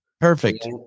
Perfect